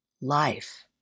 Life